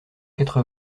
quatre